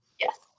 Yes